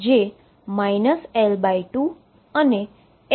જે L2 અને L2 ધાર પર છે